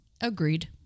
Agreed